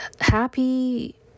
happy